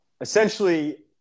essentially